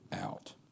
out